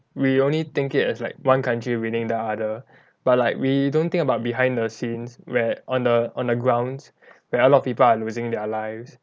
we only think it as like one country winning the other but like we don't think about behind the scenes where on the on the grounds there are a lot of people are losing their lives